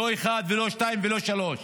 לא אחד ולא שניים ולא שלושה,